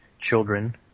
children